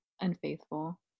unfaithful